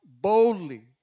boldly